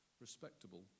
respectable